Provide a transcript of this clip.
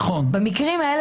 שאני בטוח שקיים לכם,